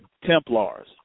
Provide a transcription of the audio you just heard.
Templars